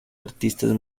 artistas